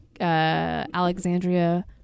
Alexandria